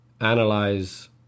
analyze